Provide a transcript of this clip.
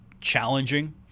challenging